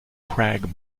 crag